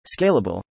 scalable